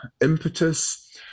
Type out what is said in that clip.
impetus